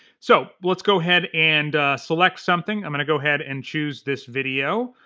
so, let's go ahead and select something, i'm gonna go ahead and choose this video,